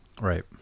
Right